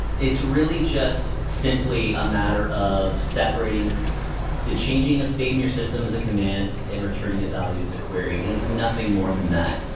it's really just simply a matter of separating the changing of state in your system as a command and returning a value as a query, and it's nothing more than that.